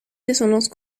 descendance